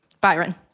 Byron